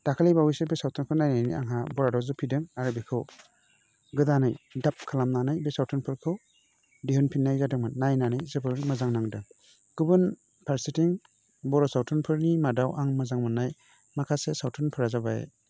दाखालै बावैसो बे सावथुनखौ नायनायनि आंहा बरादाव जुफिदों आरो बेखौ गोदानै दाब खालामनानै बे सावथुनफोरखौ दिहुनफिन्नाय जादोंमोन नायनानै जोबोर मोजां नांदों गुबुन फारसेथिं बर' सावथुनफोरनि मादाव आं मोजां मोन्नाय माखासे सावथुनफोरा जाबाय